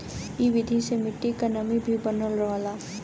इ विधि से मट्टी क नमी भी बनल रहला